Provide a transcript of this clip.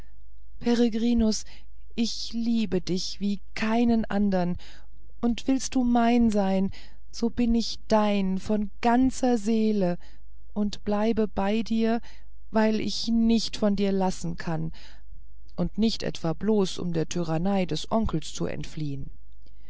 peregrinus ich liebe dich wie keinen andern und willst du mein sein so bin ich dein mit ganzer seele und bleibe bei dir weil ich nicht von dir lassen kann und nicht etwa bloß um der tyrannei des onkels zu entfliehen